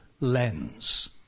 lens